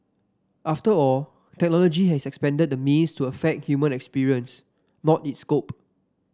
after all technology has expanded the means to affect human experience not its scope